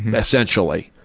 essentially,